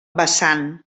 vessant